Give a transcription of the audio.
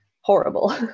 horrible